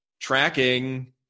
tracking